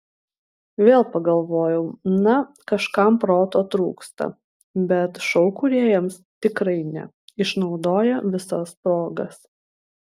vėl pagalvojau na kažkam proto trūksta bet šou kūrėjams tikrai ne išnaudoja visas progas